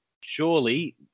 Surely